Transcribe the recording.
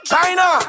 China